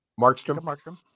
Markstrom